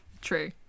True